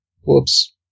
Whoops